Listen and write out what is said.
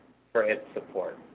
for its support.